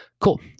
Cool